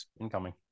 incoming